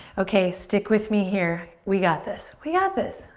okay, stick with me here. we got this. we got this.